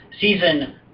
Season